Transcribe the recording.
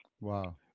Wow